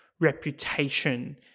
reputation